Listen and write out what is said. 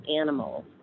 animals